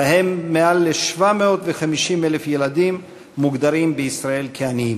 ובהם יותר מ-750,000 ילדים, מוגדרים בישראל עניים,